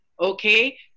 okay